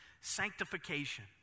Sanctification